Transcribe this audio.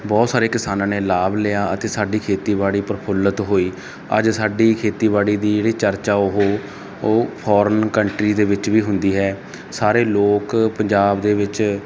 ਬਹੁਤ ਸਾਰੇ ਕਿਸਾਨਾਂ ਨੇ ਲਾਭ ਲਿਆ ਅਤੇ ਸਾਡੀ ਖੇਤੀਬਾੜੀ ਪ੍ਰਫੁਲਿੱਤ ਹੋਈ ਅੱਜ ਸਾਡੀ ਖੇਤੀਬਾੜੀ ਦੀ ਜਿਹੜੀ ਚਰਚਾ ਉਹ ਉਹ ਫੋਰਨ ਕੰਟਰੀ ਦੇ ਵਿੱਚ ਵੀ ਹੁੰਦੀ ਹੈ ਸਾਰੇ ਲੋਕ ਪੰਜਾਬ ਦੇ ਵਿੱਚ